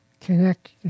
connect